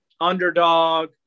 underdog